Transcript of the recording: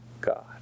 God